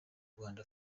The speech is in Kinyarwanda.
rwanda